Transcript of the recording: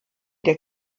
der